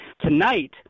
tonight